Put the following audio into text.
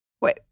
wait